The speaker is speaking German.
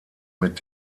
mit